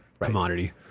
commodity